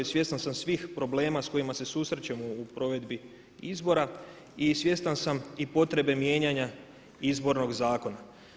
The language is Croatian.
Svjestan sam svih problema s kojima se susrećemo u provedi izbora i svjestan sam i potrebe mijenjanja izbornog zakona.